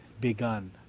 begun